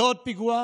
ועוד פיגוע